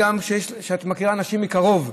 כשאת מכירה אנשים מקרוב,